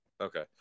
Okay